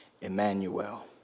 Emmanuel